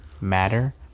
matter